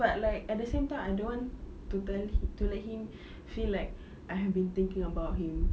but like at the same time I don't want to tell him to let him feel like I have been thinking about him